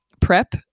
prep